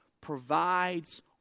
provides